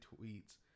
tweets